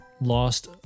lost